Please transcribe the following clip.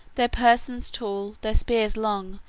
their persons tall, their spears long,